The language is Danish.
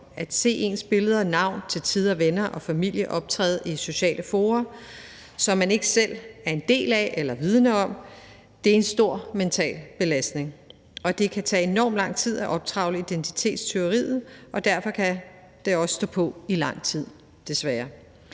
At se ens billeder og navn og til tider venner og familie optræde i sociale fora, som man ikke selv er en del af eller vidende om, er en stor mental belastning, og det kan tage enormt lang tid at optrevle identitetstyveriet, og derfor kan det desværre også stå på i lang tid.